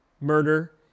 murder